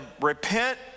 repent